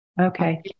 Okay